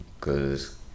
Cause